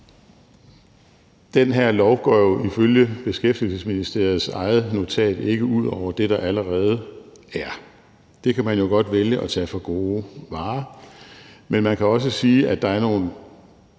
Det her lovforslag går jo ifølge Beskæftigelsesministeriets eget notat ikke ud over det, der allerede er. Det kan man jo godt vælge at tage for gode varer. Men man kan også sige, at der er nogle